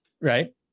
right